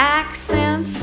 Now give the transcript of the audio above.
accent